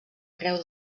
creu